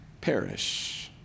Perish